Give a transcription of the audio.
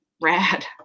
rad